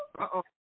uh-oh